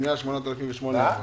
פנייה 8008 אושרה.